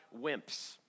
wimps